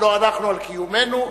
לא שמאיימים על קיומנו.